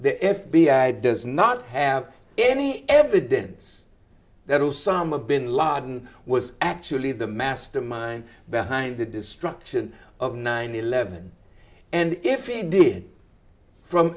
the f b i does not have any evidence that osama bin laden was actually the mastermind behind the destruction of nine eleven and if it did from